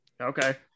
okay